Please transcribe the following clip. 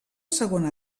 segona